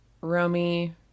Romy